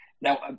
Now